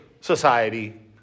society